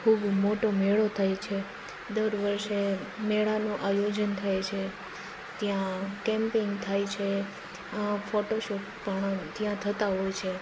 ખૂબ મોટો મેળો થાય છે દર વર્ષે મેળાનું આયોજન થાય છે ત્યાં કેમ્પેઈન થાય છે ફોટોશૂટ પણ ત્યાં થતા હોય છે